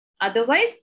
Otherwise